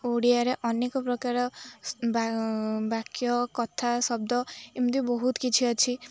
ଓଡ଼ିଆରେ ଅନେକ ପ୍ରକାର ବାକ୍ୟ କଥା ଶବ୍ଦ ଏମିତି ବହୁତ କିଛି ଅଛି